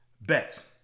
best